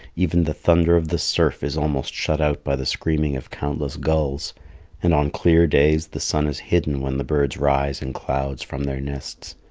even the thunder of the surf is almost shut out by the screaming of countless gulls and on clear days the sun is hidden when the birds rise in clouds from their nests.